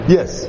Yes